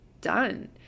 done